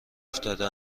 افتاده